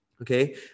okay